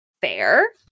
fair